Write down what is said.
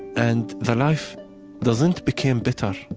and the life doesn't became better,